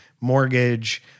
mortgage